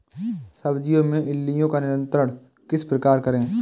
सब्जियों में इल्लियो का नियंत्रण किस प्रकार करें?